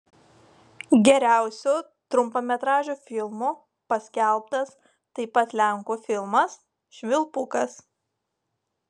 geriausiu trumpametražiu filmu paskelbtas taip pat lenkų filmas švilpukas